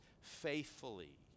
faithfully